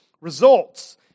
results